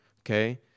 Okay